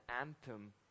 anthem